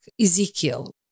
Ezekiel